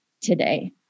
today